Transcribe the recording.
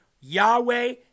Yahweh